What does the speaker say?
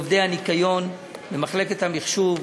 לעובדי הניקיון, למחלקת המחשוב,